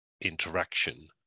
interaction